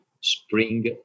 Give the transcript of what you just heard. spring